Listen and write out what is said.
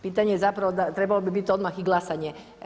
Pitanje je zapravo, trebalo bi bit odmah i glasanje.